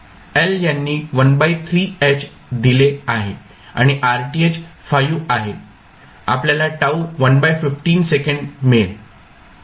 L यांनी 13 H दिले आहे आणि RTh 5 आहे आपल्याला τ 115 सेकंद मिळेल